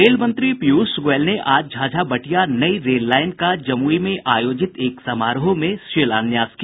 rail मंत्री पीयूष गोयल ने आज झाझा बटिया नई रेल लाईन का जमुई में आयोजित एक समारोह में शिलान्यास किया